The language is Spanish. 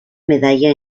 medalla